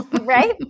Right